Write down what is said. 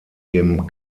dem